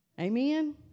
Amen